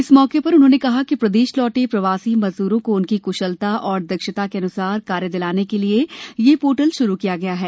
इस मौके पर उन्होंने कहा कि प्रदेश लोटे प्रवासी मजदूरों को उनकी कुशलता और दक्षता के अनुसार कार्य दिलाने के लिये यह पोर्टल शुरू किया गया है